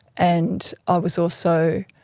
and i was also